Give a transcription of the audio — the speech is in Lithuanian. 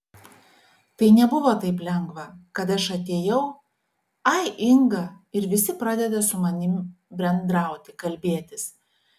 tai nebuvo taip lengva kad aš atėjau ai inga ir visi pradeda su mani bendrauti kalbėtis